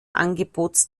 angebotes